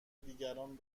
دیگران